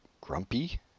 Grumpy